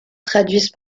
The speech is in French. traduisent